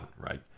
right